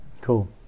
Cool